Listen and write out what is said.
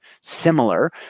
similar